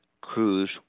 cruise